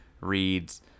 reads